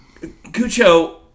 Cucho